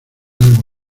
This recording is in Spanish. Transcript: algo